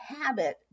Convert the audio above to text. habit